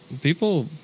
people